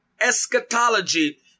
eschatology